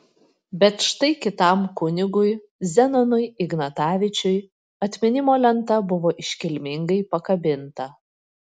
bet štai kitam kunigui zenonui ignatavičiui atminimo lenta buvo iškilmingai pakabinta